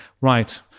right